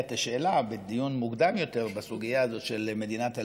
את השאלה בדיון מוקדם יותר בסוגיה הזאת של מדינת הלאום,